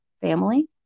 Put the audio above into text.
family